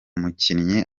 mukinnyi